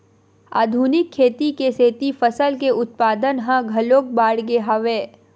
आधुनिक खेती के सेती फसल के उत्पादन ह घलोक बाड़गे हवय